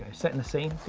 setting the scene,